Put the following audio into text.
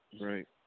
Right